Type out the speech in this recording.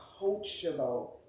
coachable